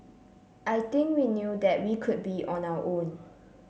I think we knew that we could be on our own